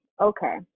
okay